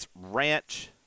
Ranch